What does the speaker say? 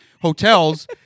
hotels